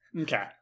Okay